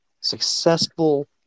successful